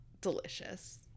delicious